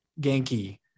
Genki